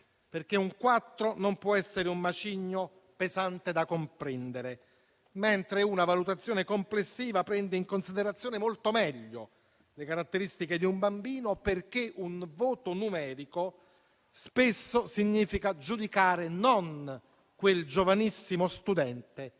perché un 4 non può essere un macigno pesante da comprendere, mentre una valutazione complessiva prende in considerazione molto meglio le caratteristiche di un bambino; perché un voto numerico spesso significa giudicare non quel giovanissimo studente,